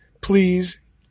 please